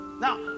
Now